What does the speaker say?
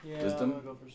wisdom